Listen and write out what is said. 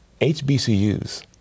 HBCUs